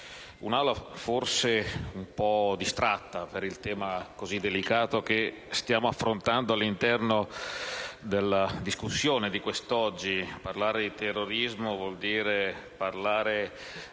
un'Aula forse un po' distratta per il tema, così delicato, che stiamo affrontando all'interno della discussione odierna. Parlare di terrorismo, infatti, vuol dire parlare